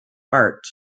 art